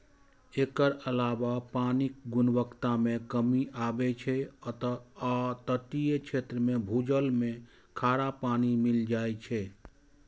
एकर अलावे पानिक गुणवत्ता मे कमी आबै छै आ तटीय क्षेत्र मे भूजल मे खारा पानि मिल जाए छै